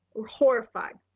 we're horrified,